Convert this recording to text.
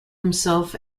himself